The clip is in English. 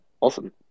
awesome